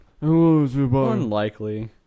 Unlikely